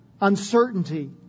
uncertainty